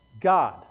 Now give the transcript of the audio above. God